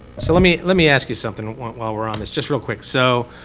so let me let me ask you something, while we're on this, just real quick. so